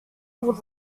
would